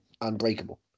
unbreakable